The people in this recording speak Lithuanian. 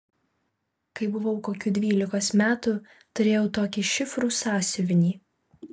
kai buvau kokių dvylikos metų turėjau tokį šifrų sąsiuvinį